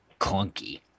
clunky